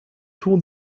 tun